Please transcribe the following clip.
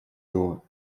его